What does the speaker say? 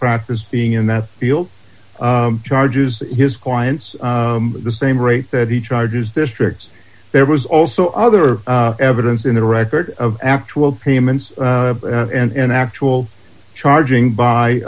practice being in that field charges his clients the same rate that he charges districts there was also other evidence in the record of actual payments and actual charging by